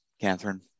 Catherine